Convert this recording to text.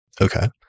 Okay